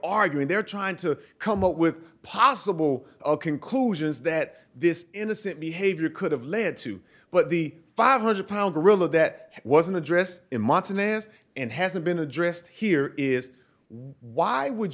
arguing they're trying to come up with possible conclusions that this innocent behavior could have led to but the five hundred pound gorilla that wasn't addressed in montanus and hasn't been addressed here is why would